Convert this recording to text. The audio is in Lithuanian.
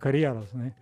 karjeros žnai